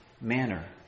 manner